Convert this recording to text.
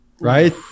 Right